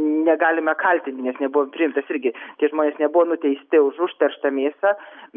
negalime kaltint nes nebuvo priimtas irgi tie žmonės nebuvo nuteisti už užterštą mėsą